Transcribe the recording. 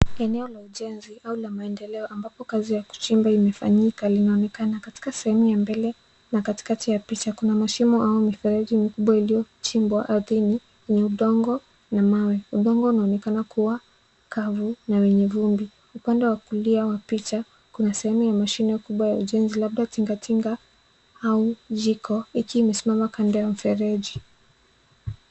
Eneo la ujenzi au maendeleo ambapo kazi ya kuchimba imefanyika linaonekana. Katika sehemu ya mbele na katkati ya picha kuna mashimo au mifereji mikubwa iliyochimbwa ardhini yenye udong na mawe. Udongo unaonekana kuwa kavu na wenye vumbi. Upande wa kulia wa picha kuna sehemu ya mashine kubwa ya ujenzi labda tingatinga au jiko ikiwa imesimama kando ya mfereji.